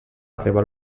arribar